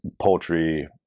poultry